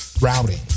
Routing